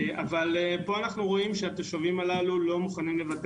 אבל פה אנחנו רואים שהתושבים הללו לא מוכנים לוותר